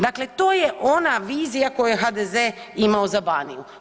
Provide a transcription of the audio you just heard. Dakle, to je ona vizija koju je HDZ imao za Baniju.